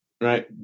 right